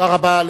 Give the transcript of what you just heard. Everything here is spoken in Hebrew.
תודה רבה.